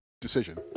decision